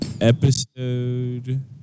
episode